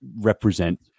represent